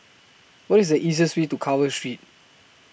What IS The easiest Way to Carver Street